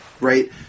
Right